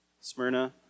Smyrna